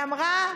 היא אמרה: